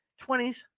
20s